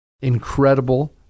incredible